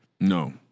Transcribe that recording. No